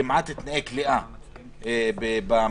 כמעט תנאי כליאה, במלוניות.